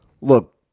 Look